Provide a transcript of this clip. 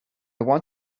want